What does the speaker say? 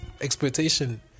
exploitation